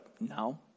no